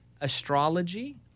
astrology